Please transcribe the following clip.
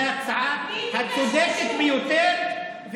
זו ההצעה הצודקת ביותר,